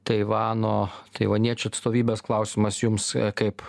taivano taivaniečių atstovybės klausimas jums kaip